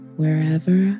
wherever